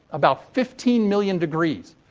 about fifteen million degrees,